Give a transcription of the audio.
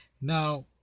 Now